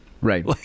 right